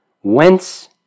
whence